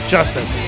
Justin